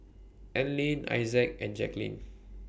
Allene Issac and Jacklyn